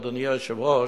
אדוני היושב-ראש,